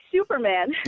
Superman